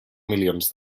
milions